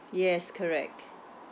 yes correct